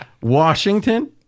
Washington